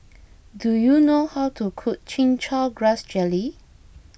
do you know how to cook Chin Chow Grass Jelly